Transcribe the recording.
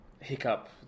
Hiccup